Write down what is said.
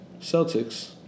Celtics